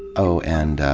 oh, and,